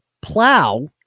plow